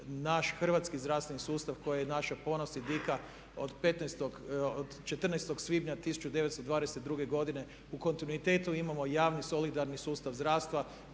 naš hrvatski zdravstveni sustav koji je naš ponos i dika. Od 14. svibnja 1922. godine u kontinuitetu imamo javni solidarni sustav zdravstva